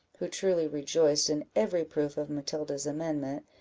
who truly rejoiced in every proof of matilda's amendment,